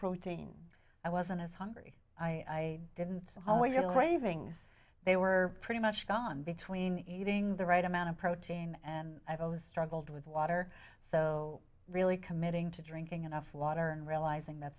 protein i wasn't as hungry i didn't know your graving they were pretty much gone between eating the right amount of protein and i've always struggled with water so really committing to drinking enough water and realizing that